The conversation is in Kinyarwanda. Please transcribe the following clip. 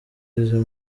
izo